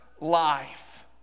life